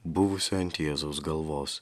buvusią ant jėzaus galvos